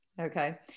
Okay